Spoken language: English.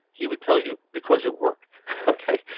he would tell you because it worked ok,